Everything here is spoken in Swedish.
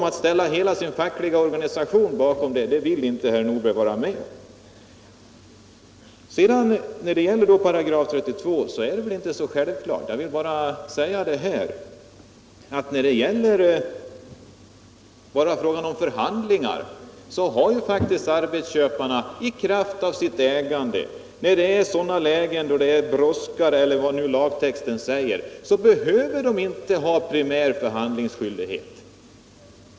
Att ställa hela sin fackliga organisation bakom kraven vill inte herr Nordberg vara med om. I det nya lagförslaget i § 32-frågan är förhandlingsrätten inte så självklar. I sådana lägen där ett ärende brådskar — eller vad lagtexten säger — har faktiskt arbetsköparna i kraft av sitt ägande ingen primär förhandlingsskyldighet.